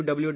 W